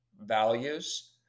values